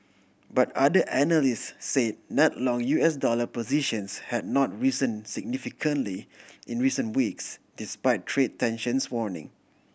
but other analyst say net long U S dollar positions had not risen significantly in recent weeks despite trade tensions waning